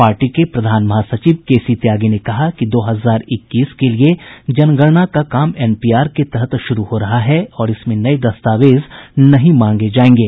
party के प्रधान महासचिव केसी त्यागी ने कहा कि दो हजार इक्कीस के लिए जनगणना का काम एनपीआर के तहत शुरू हो रहा है और इसमें नये दस्तावेज नहीं मांगे जायेंगे